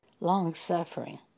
Long-suffering